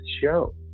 show